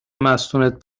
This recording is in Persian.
مستونت